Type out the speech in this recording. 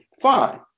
Fine